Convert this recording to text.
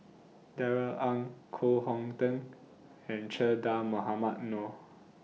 Darrell Ang Koh Hong Teng and Che Dah Mohamed Noor